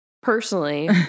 Personally